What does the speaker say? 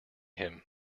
him